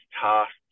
tasks